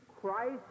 Christ